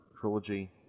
trilogy